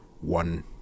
one